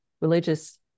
religious